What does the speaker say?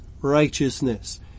righteousness